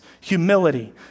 humility